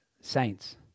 saints